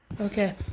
Okay